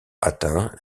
atteint